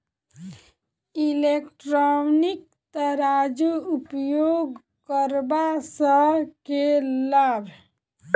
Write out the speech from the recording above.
Electronic तराजू उपयोग करबा सऽ केँ लाभ?